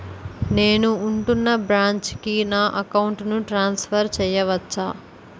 నేను ఉంటున్న బ్రాంచికి నా అకౌంట్ ను ట్రాన్సఫర్ చేయవచ్చా?